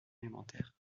alimentaires